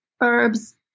herbs